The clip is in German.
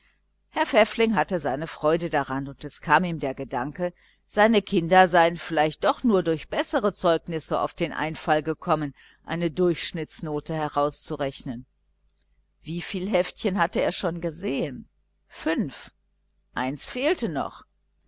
herr pfäffling hatte seine freude daran und es kam ihm der gedanke seine kinder seien vielleicht doch nur durch die besseren zeugnisse auf den einfall gekommen eine durchschnittsnote herauszurechnen wieviel heftchen hatte er schon gesehen fünf eines fehlte noch